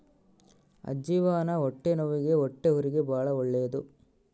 ಅಜ್ಜಿವಾನ ಹೊಟ್ಟೆನವ್ವಿಗೆ ಹೊಟ್ಟೆಹುರಿಗೆ ಬಾಳ ಒಳ್ಳೆದು